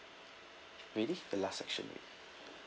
ready the last section already